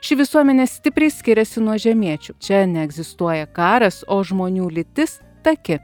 ši visuomenė stipriai skiriasi nuo žemiečių čia neegzistuoja karas o žmonių lytis taki